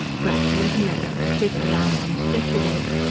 gradually he made out a figure lying on a stretcher-bed.